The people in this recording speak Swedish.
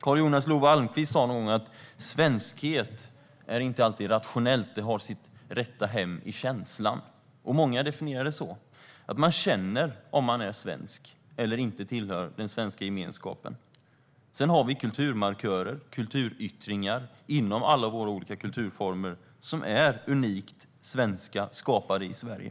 Carl Jonas Love Almqvist sa någon gång: Svenskhet är inte alltid något rationellt. Det har sitt rätta hem i känslan. Många definierar det så: Man känner om man är svensk eller om man inte tillhör den svenska gemenskapen. Sedan har vi kulturmarkörer och kulturyttringar inom alla våra olika kulturformer som är unikt svenska, skapade i Sverige.